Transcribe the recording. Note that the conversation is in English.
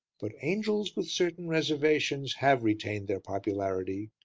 but angels, with certain reservations, have retained their popularity,